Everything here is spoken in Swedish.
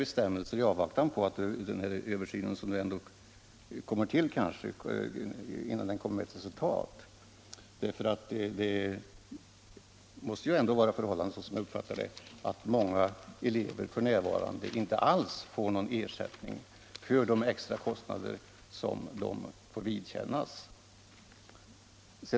Det måste ju vara så att många elever f.n. inte alls får någon ersättning för de extra kostnader som de får vidkännas. Sedan jag ställde min fråga har jag blivit uppmärksam på att det finns en motion från herr Wiklund som tar upp dessa saker ur precis samma aspekter.